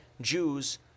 Jews